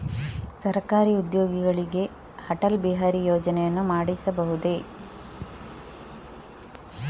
ಸರಕಾರಿ ಉದ್ಯೋಗಿಗಳಿಗೆ ಅಟಲ್ ಬಿಹಾರಿ ಯೋಜನೆಯನ್ನು ಮಾಡಿಸಬಹುದೇ?